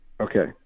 Okay